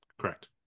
Correct